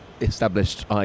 established